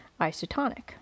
isotonic